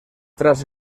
tras